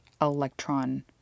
electron